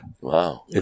Wow